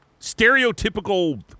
stereotypical